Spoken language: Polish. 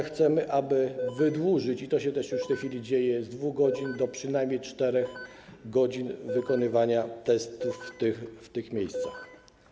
Chcemy także, aby wydłużyć - i to się też już w tej chwili dzieje - z 2 godzin do przynajmniej 4 godzin wykonywanie testów w tych miejscach.